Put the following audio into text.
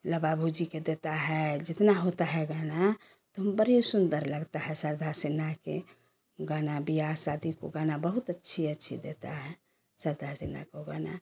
बाबूजी के देता है जितना होता है गाना तो बड़ी सुंदर लगता है सरधा सिन्हा के गाना ब्याह सादी को गाना बहुत अच्छी अच्छी देता है सरधा सिन्हा को गाना